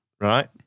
right